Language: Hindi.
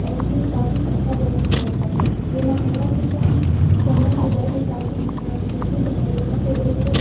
और ये काफ़ी अच्छा बना हुआ था ये मसाला किचन चैनल जो है ये काफ़ी प्रसिद्ध है यहाँ पर एक